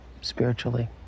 spiritually